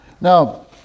Now